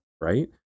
right